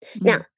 Now